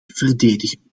verdedigen